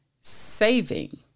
saving